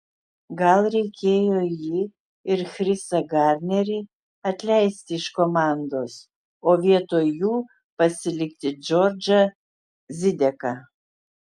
gal reikėjo jį ir chrisą garnerį atleisti iš komandos o vietoj jų pasilikti džordžą zideką